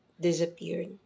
disappeared